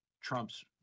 Trump's